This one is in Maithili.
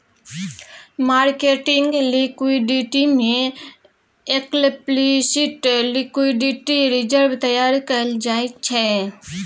मार्केटिंग लिक्विडिटी में एक्लप्लिसिट लिक्विडिटी रिजर्व तैयार कएल जाइ छै